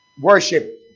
Worship